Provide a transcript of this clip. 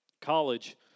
college